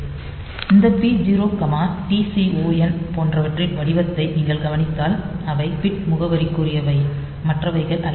இந்த P0 Tcon போன்றவற்றின் வடிவத்தை நீங்கள் கவனித்தால் அவை பிட் முகவரிக்குரியவை மற்றவைகள் அல்ல